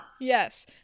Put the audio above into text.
yes